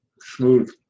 smooth